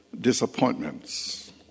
disappointments